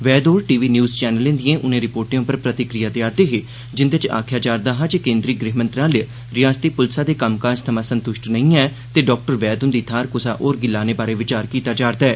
वैद होर TV news चैनलें दिए उने रिपोर्टे पर प्रतिक्रिया देआ रदे हे जिंदे च आखेआ जा रदा हा जे केन्द्री गृह मंत्रालय रिआसती पुलस दे कम्मकाज थमां संतुश्ट नेई ऐ ते डाक्टर वैद हुंदी थाहर कुसा होर गी लाने बारै विचार कीता जा रदा ऐ